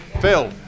Phil